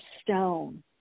stone